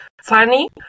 funny